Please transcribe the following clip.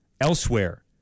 Elsewhere